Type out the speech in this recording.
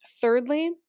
thirdly